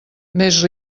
més